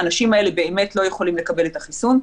האנשים האלה באמת לא יכולים לקבל את החיסון,